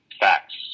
facts